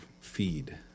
feed